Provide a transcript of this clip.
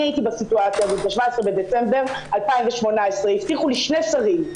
אני הייתי בסיטואציה הזאת ב-17 בדצמבר 2018. הבטיחו לי שני שרים,